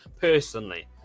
personally